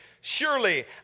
Surely